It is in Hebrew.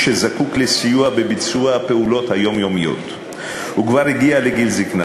שזקוק לסיוע בביצוע הפעולות היומיומיות וכבר הגיע לגיל זיקנה.